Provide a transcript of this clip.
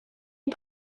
est